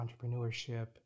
entrepreneurship